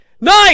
Nine